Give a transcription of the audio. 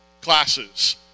classes